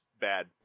bad